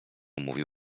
mówił